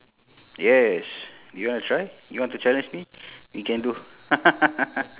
yes you want to try you want to challenge me we can do